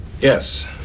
Yes